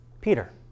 Peter